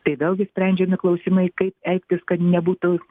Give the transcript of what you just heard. tai vėlgi sprendžiami klausimai kaip elgtis kad nebūtų